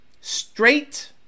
straight